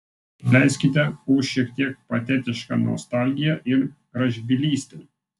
atleiskite už šiek tiek patetišką nostalgiją ir gražbylystę